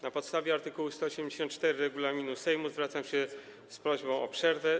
Na podstawie art. 184 regulaminu Sejmu zwracam się z prośbą o ogłoszenie przerwy.